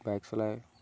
bike চলাই